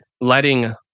letting